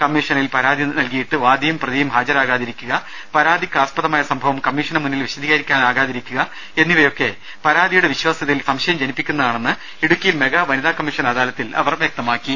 കമ്മീഷനിൽ പരാതി നൽകിയിട്ട് വാദിയും പ്രതിയും ഹാജരാകാതിരിക്കുക പരാതിക്കാസ്പദമായ സംഭവം കമ്മീഷനുമുന്നിൽ വിശദീകരിക്കാനാകാതിരിക്കുക എന്നിവയൊക്കെ പരാതിയുടെ വിശ്വാസ്യതയിൽ സംശയം ജനിപ്പിക്കുന്നതാണെന്ന് ഇടുക്കി യിൽ മെഗാ വനിതാ കമ്മീഷൻ അദാലത്തിൽ അവർ വ്യക്തമാക്കി